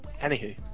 Anywho